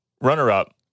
Runner-up